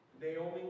Naomi